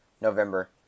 November